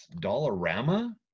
Dollarama